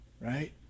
right